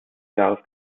jahres